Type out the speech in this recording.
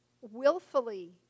willfully